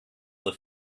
the